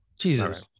Jesus